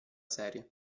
serie